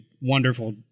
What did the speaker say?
wonderful